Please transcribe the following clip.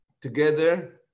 together